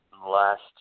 last